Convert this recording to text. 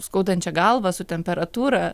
skaudančia galva su temperatūra